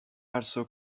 also